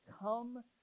come